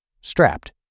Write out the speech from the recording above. Strapped